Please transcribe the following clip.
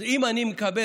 אז אם אני מקבל,